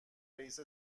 رئیس